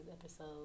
episode